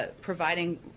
Providing